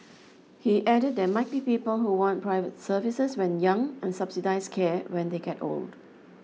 he added there might be people who want private services when young and subsidised care when they get old